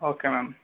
okay ma'am